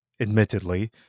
admittedly